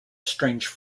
strange